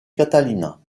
catalina